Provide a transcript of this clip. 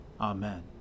Amen